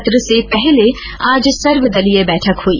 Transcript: सत्र से पहले आज सर्वदलीय बैठक हुई